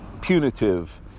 punitive